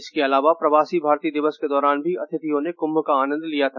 इसके अलावा प्रवासी भारतीय दिवस के दौरान भी अतिथियों ने कुम्भ का आनंद लिया था